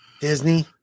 Disney